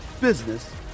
business